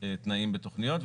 תנאים בתוכניות,